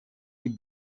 the